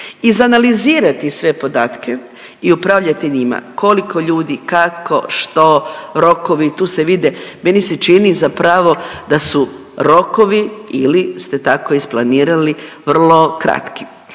izanalizirati sve podatke i upravljati njima, koliko ljudi, kako, što, rokovi, tu se vide, meni se čini zapravo da su rokovi ili ste tako isplanirali vrlo kratki.